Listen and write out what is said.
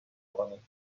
کنیم